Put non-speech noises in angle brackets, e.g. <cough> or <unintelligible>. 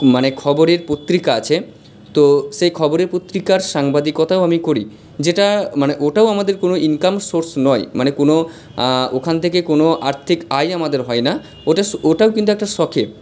মানে খবরের পত্রিকা আছে তো সেই খবরের পত্রিকার সাংবাদিকতাও আমি করি যেটা মানে ওটাও আমাদের কোনও ইনকাম সোর্স নয় মানে কোনও ওখান থেকে কোনও আর্থিক আয় আমাদের হয় না ওটাস <unintelligible> ওটাও কিন্তু একটা শখে